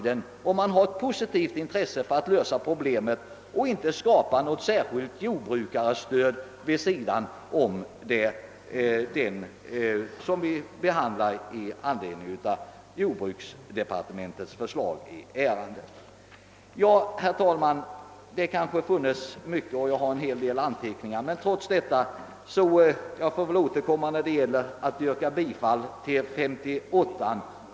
Det finns mycket mer att säga om dessa frågor — jag har en hel del anteckningar. Jag ber emellertid nu att få yrka bifall till utskottets hemställan i statsutskottets utlåtande nr 57.